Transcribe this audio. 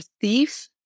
Thief